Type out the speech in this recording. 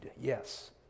Yes